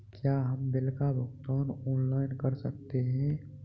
क्या हम बिल का भुगतान ऑनलाइन कर सकते हैं?